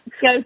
go